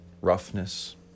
roughness